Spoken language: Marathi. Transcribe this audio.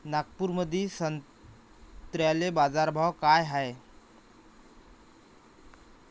नागपुरामंदी संत्र्याले बाजारभाव काय हाय?